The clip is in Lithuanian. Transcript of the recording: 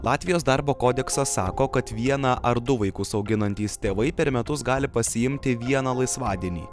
latvijos darbo kodeksas sako kad vieną ar du vaikus auginantys tėvai per metus gali pasiimti vieną laisvadienį